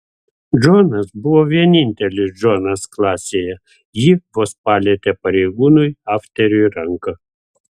džonas buvo vienintelis džonas klasėje ji vos palietė pareigūnui afteriui ranką